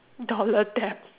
dollar debt